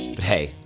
but hey,